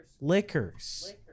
Liquors